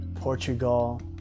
Portugal